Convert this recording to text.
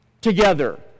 together